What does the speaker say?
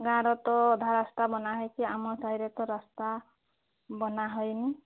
ଗାଁର ତ ଅଧା ରାସ୍ତା ରାସ୍ତା ବନାହୋଇଛି ଆମ ସାହିରେ ତ ରାସ୍ତା ବନାହୋଇନି